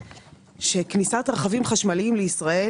שכניסת רכבים חשמליים לישראל,